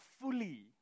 fully